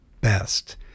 best